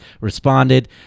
responded